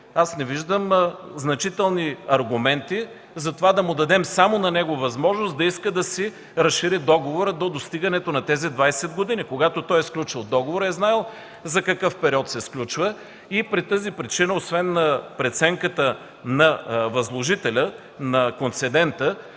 аз не виждам значителни аргументи да му дадем само на него възможност да иска да си разшири договора до достигането на 20-те години. Когато той е сключвал договора, е знаел за какъв период го сключва. По тази причина, освен преценката на възложителя – на концедента,